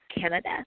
Canada